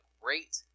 great